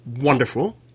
Wonderful